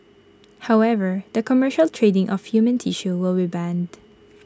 however the commercial trading of human tissue will be banned